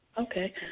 Okay